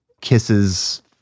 kisses